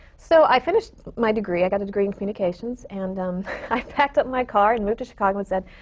so i finished my degree, i got a degree in communications. and um i packed up my car and moved to chicago and said,